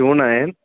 two nine